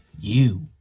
you.